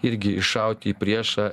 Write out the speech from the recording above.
irgi iššauti į priešą